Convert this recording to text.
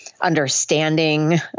understanding